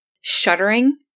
shuddering